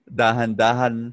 dahan-dahan